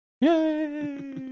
Yay